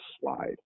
slide